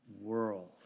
world